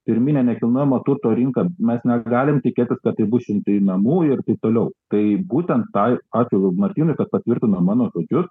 pirminę nekilnojamo turto rinką mes negalim tikėtis kad tai bus šimtai namų ir taip toliau tai būtent tą ačiū martynui kad patvirtino mano žodžius